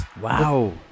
Wow